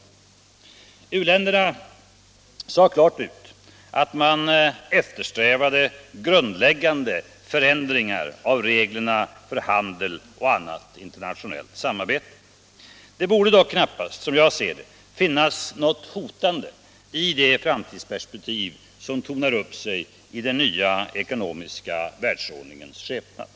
U-länderna sade klart ut att man eftersträvade grundläggande förändringar av reglerna för handel och annat internationellt samarbete. Det borde emellertid knappast finnas något hotande i det framtidsperspektiv som tornar upp sig i den nya ekonomiska världsordningens skepnad.